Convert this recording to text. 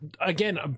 again